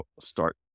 start